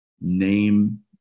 name